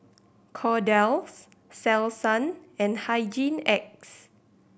Kordel's Selsun and Hygin X